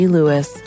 Lewis